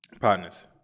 partners